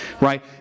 right